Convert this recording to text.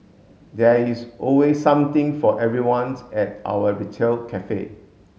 there is always something for everyone's at our retail cafe